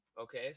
Okay